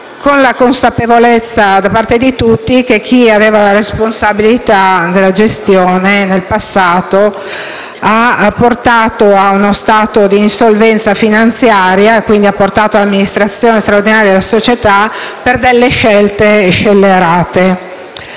con la consapevolezza da parte di tutti che chi aveva la responsabilità della gestione nel passato ha portato a uno stato di insolvenza finanziaria e all'amministrazione straordinaria della società per delle scelte scellerate